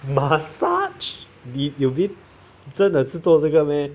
massage 你有真的是做这个 meh